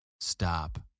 Stop